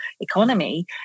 economy